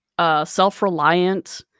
self-reliant